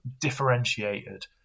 differentiated